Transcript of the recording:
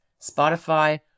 Spotify